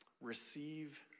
receive